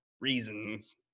reasons